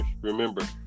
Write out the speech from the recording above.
remember